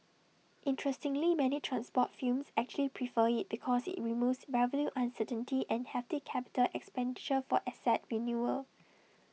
interestingly many transport films actually prefer IT because IT removes revenue uncertainty and hefty capital expenditure for asset renewal